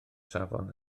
safon